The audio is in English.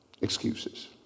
Excuses